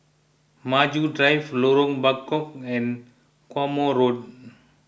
Maju Drive Lorong Bachok and Quemoy Road